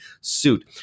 suit